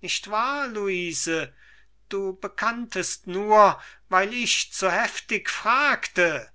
nicht wahr luise du bekanntest nur weil ich zu heftig fragte